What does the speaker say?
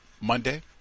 Monday